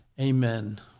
Amen